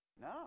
No